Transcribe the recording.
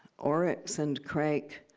oryx and crake,